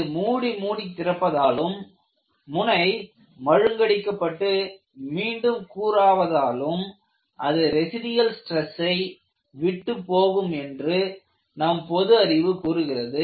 இது மூடி மூடித் திறப்பதாலும் முனை மழுங்கடிக்கப்பட்டு மீண்டும் கூராவதாலும் அது ரெசிடியல் ஸ்டிரஸை விட்டுப் போகும் என்று நம் பொது அறிவு கூறுகிறது